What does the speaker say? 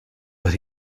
but